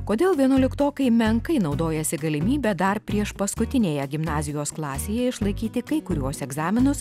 kodėl vienuoliktokai menkai naudojasi galimybe dar prieš paskutinėje gimnazijos klasėje išlaikyti kai kuriuos egzaminus